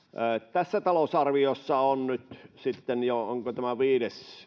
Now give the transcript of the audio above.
tässä talousarviossa on nyt sitten jo onko tämä viides